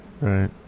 Right